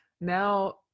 Now